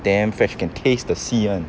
damn fresh can taste the sea [one]